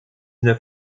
neuf